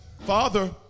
Father